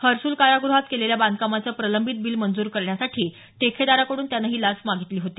हर्सुल काराग्रहात केलेल्या बांधकामाचं प्रलंबित बील मंजूर करण्यासाठी ठेकेदाराकडून त्यानं ही लाच मागितली होती